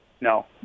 No